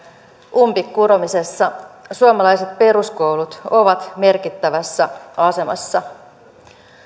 umpeen kuromisessa suomalaiset peruskoulut ovat merkittävässä asemassa